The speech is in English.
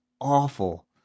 awful